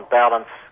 balance